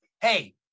hey